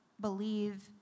believe